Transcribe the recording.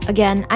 Again